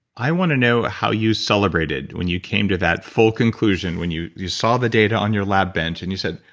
i want to know how you celebrated when you came to that full conclusion, when you you saw the data on your lab bench, and you said,